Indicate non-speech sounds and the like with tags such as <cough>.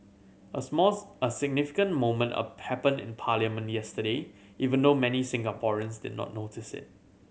a <unintelligible> a significant moment a happened in parliament yesterday even though many Singaporeans did not notice it